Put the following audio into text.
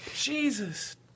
Jesus